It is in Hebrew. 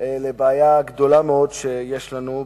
של בעיה גדולה שיש לנו,